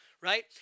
right